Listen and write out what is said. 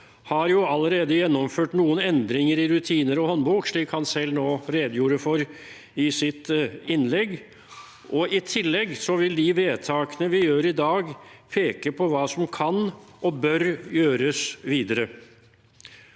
har allerede gjennomført noen endringer i rutiner og håndbok, slik han selv nå redegjorde for i sitt innlegg. I tillegg vil de vedtakene vi gjør i dag, peke på hva som kan og bør gjøres videre.